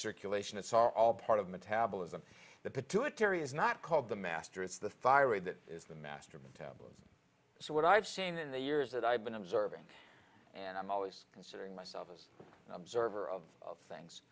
circulation it's are all part of metabolism the pituitary is not called the master it's the thyroid that is the master metabolism so what i've seen in the years that i've been observing and i'm always considering myself as the observer of things